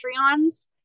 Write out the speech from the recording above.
Patreons